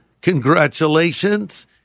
congratulations